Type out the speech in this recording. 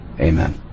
amen